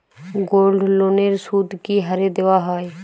গোল্ডলোনের সুদ কি হারে দেওয়া হয়?